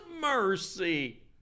mercy